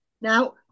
Now